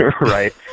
right